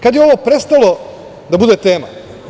Kada je ovo prestalo da bude tema?